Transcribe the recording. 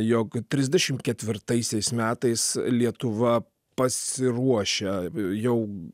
jog trisdešimt ketvirtaisiais metais lietuva pasiruošia jau